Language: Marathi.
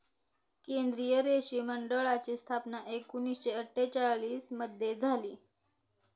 केंद्रीय रेशीम मंडळाची स्थापना एकूणशे अट्ठेचालिश मध्ये झाली